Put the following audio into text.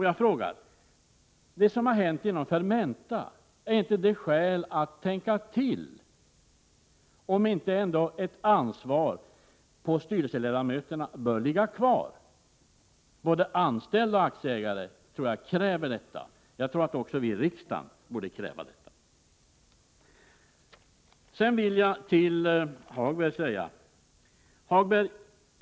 Jag frågar: Ger inte det som har hänt inom Fermenta skäl att tänka till, om inte ändå ett ansvar bör ligga kvar på styrelseledamöterna? Både anställda och aktieägare tror jag kräver detta. Jag tror även vi i riksdagen borde kräva det. Sedan vill jag till Lars-Ove Hagberg säga följande.